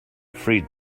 freed